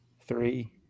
three